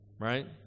Right